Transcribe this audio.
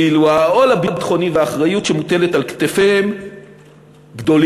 ואילו העול הביטחוני והאחריות שמוטלים על כתפיהם גדולים,